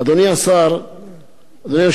אדוני היושב-ראש, חברי חברי הכנסת,